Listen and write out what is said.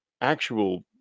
actual